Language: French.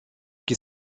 qui